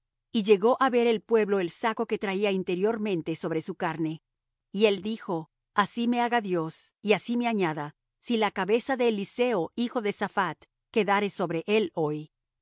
y llegó á ver el pueblo el saco que traía interiormente sobre su carne y él dijo así me haga dios y así me añada si la cabeza de eliseo hijo de saphat quedare sobre él hoy